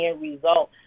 result